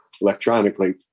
electronically